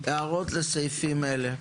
הערות לסעיפים אלה.